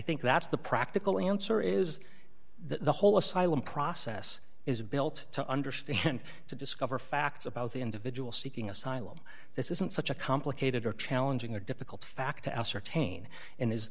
think that's the practical answer is that the whole asylum process is built to understand to discover facts about the individual seeking asylum this isn't such a complicated or challenging or difficult fact to ascertain and is